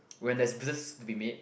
when there's business to be meet